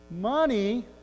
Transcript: Money